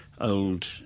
old